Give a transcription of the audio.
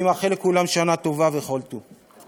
אני מאחל לכולם שנה טובה וכל טוב.